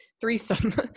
threesome